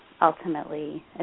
ultimately